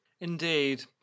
indeed